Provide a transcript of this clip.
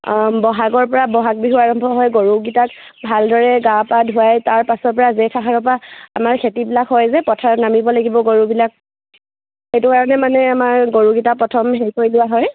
বহাগৰ পৰা বহাগ বিহু আৰম্ভ হয় গৰুকেইটাক ভালদৰে গা পা ধুৱাই তাৰ পাছৰ পৰা জেঠ আহাৰৰ পৰা আমাৰ খেতিবিলাক হয় যে পথাৰত নামিব লাগিব গৰুবিলাক সেইটো কাৰণে মানে আমাৰ গৰুকেইটা প্ৰথম হেৰি কৰি লোৱা হয়